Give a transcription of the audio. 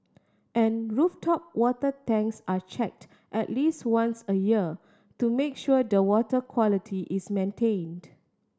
and rooftop water tanks are checked at least once a year to make sure the water quality is maintained